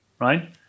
right